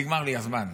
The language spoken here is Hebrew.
נגמר לי הזמן.